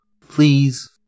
please